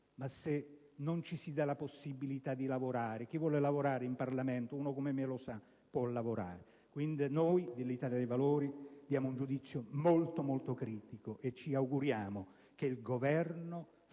ma se non ci si dà la possibilità di lavorare? Chi vuole lavorare in Parlamento - uno come me lo sa - può lavorare. Noi dell'Italia dei Valori esprimiamo pertanto un giudizio davvero molto critico e ci auguriamo che il Governo